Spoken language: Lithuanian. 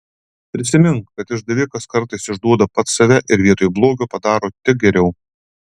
prisimink kad išdavikas kartais išduoda pats save ir vietoj blogio padaro tik geriau